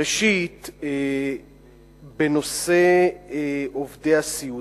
ראשית, בנושא עובדי הסיעוד.